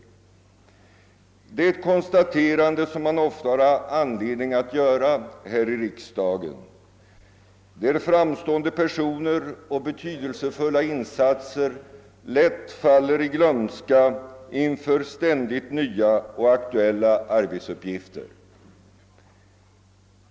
Det är ett konstaterande som man ofta har anledning att göra här i riksdagen, där framstående personer och betydelsefulla insatser lätt faller i glömska inför ständigt nya och aktuella arbetsuppgifter.